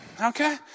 okay